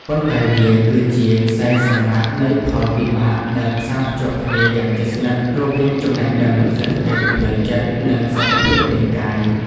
ប៉ុន្តែវាគឺជាខ្សែសង្វាក់នៃផលវិបាកដែលផ្សារភ្ជាប់គ្នាយ៉ាងជិតស្និទ្ធរវាងចំណេះដឹង សេដ្ឋកិច្ច ផ្លូវចិត្ត និងសុខភាពរាងកាយ។